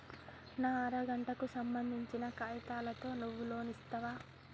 నా అర గంటకు సంబందించిన కాగితాలతో నువ్వు లోన్ ఇస్తవా?